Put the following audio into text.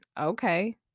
okay